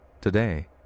Today